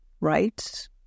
right